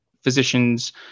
physicians